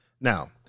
now